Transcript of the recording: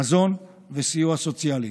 מזון וסיוע סוציאלי.